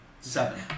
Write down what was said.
Seven